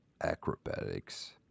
acrobatics